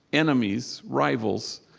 enemies, rivals,